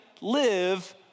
live